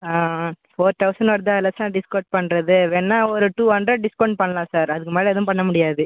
ஆ ஆ four thousand வருது அதில் என்ன சார் டிஸ்கவுண்ட் பண்ணுறது வேணுன்னா ஒரு டூ ஹண்ட்ரட் டிஸ்கவுண்ட் பண்ணலாம் சார் அதுக்கு மேல் எதுவும் பண்ண முடியாது